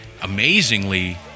amazingly